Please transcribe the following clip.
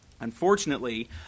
Unfortunately